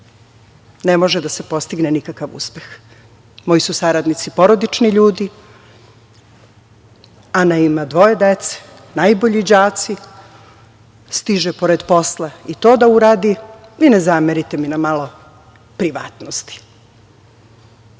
ne može da se postigne nikakav uspeh. Moji su saradnici porodični ljudi, Ana ima dvoje dece, najbolji đaci, stiže pored posla i to da uradi i ne zamerite mi na malo privatnosti. Ana